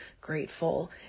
grateful